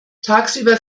tagsüber